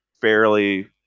fairly